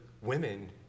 women